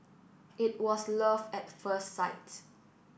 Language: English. it was love at first sight